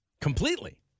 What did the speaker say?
Completely